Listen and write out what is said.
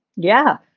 yeah.